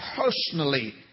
personally